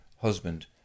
husband